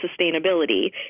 sustainability